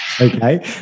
Okay